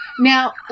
now